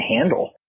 handle